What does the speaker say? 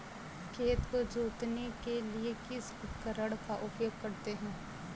खेत को जोतने के लिए किस उपकरण का उपयोग करते हैं?